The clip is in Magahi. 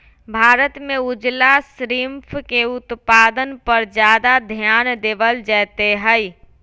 भारत में उजला श्रिम्फ के उत्पादन पर ज्यादा ध्यान देवल जयते हई